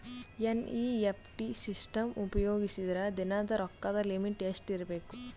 NEFT system ಉಪಯೋಗಿಸಿದರ ದಿನದ ರೊಕ್ಕದ ಲಿಮಿಟ್ ಎಷ್ಟ ಇರಬೇಕು?